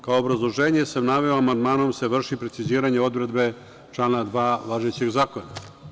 Kao obrazloženje sam naveo – amandmanom se vrši preciziranje odredbe člana 2. važećeg zakona.